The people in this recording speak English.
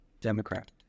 Democrat